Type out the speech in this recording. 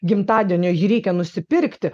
gimtadienio jį reikia nusipirkti